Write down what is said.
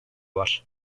var